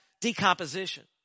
decomposition